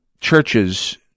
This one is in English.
churches